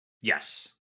Yes